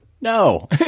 no